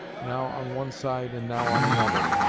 now on one side and now on another,